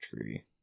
tree